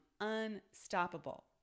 unstoppable